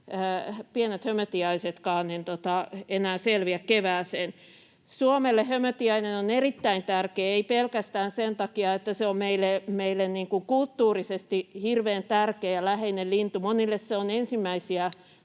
pienet hömötiaisetkaan enää selviä kevääseen. Suomelle hömötiainen on erittäin tärkeä, ei pelkästään sen takia, että se on meille kulttuurisesti hirveän tärkeä ja läheinen lintu ja monille se on ensimmäisiä